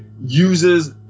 uses